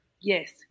Yes